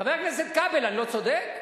חבר הכנסת כבל, אני לא צודק?